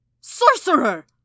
Sorcerer